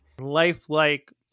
lifelike